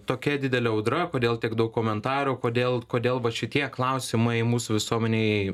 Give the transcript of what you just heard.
tokia didelė audra kodėl tiek daug komentarų kodėl kodėl vat šitie klausimai mūsų visuomenėj